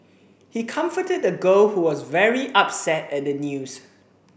he comforted the girl who was very upset at the news